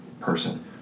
person